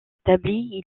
établi